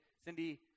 Cindy